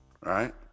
right